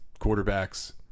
quarterbacks